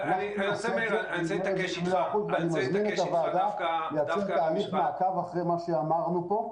אפשר להקים ועדת מעקב אחרי מה שאמרנו כאן